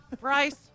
Bryce